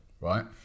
right